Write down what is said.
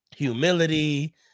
Humility